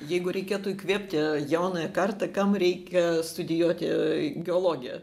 jeigu reikėtų įkvėpti jaunąją kartą kam reikia studijuoti geologiją